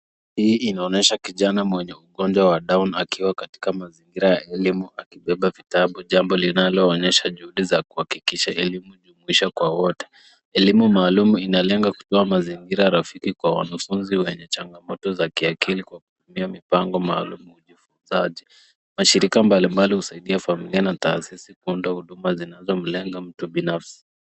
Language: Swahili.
Hii inaonyesha kijana mwenye ugonjwa wa down akiwa katika mazingira ya elimu akibeba vitabu. Jambo linalo onyesha juhudi za kuhakikisha elimu imefikishwa kwa wote. Elimu maalumu inalenga kutoa mazingira rafiki kwa wanafunzi wenye changamoto za kiakili kupitia mipango maalum. Mashirika mbali mbali husaidia familia na taasisi ndogo zinazomlenga mtu binafsi.